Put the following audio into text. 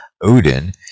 Odin